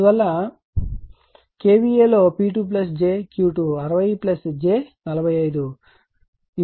అందువల్ల KVA లో P2 j Q 2 60 j 45